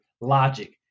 Logic